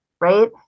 right